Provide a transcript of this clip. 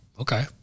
okay